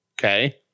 Okay